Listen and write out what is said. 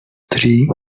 три